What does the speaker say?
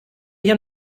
hier